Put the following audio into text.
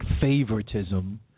favoritism